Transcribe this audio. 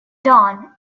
dawn